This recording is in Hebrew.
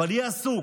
אבל יהיה עסוק